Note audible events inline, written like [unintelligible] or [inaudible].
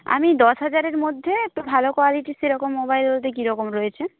আমি দশ হাজারের মধ্যে [unintelligible] ভালো কোয়ালিটি সেরকম মোবাইল [unintelligible] কীরকম রয়েছে